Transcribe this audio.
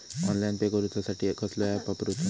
Online pay करूचा साठी कसलो ऍप वापरूचो?